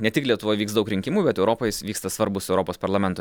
ne tik lietuvoj vyks daug rinkimų bet europojs vyksta svarbūs europos parlamento